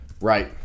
Right